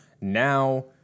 Now